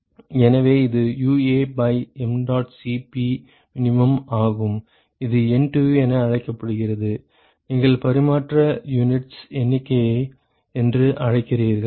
எனவே இது UA by mdot Cp min ஆகும் இது NTU என அழைக்கப்படுகிறது நீங்கள் பரிமாற்ற யூனிட்ஸ் எண்ணிக்கை என்று அழைக்கிறீர்கள்